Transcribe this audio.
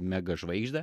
mega žvaigždę